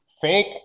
fake